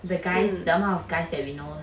the guys the amount of guys that we know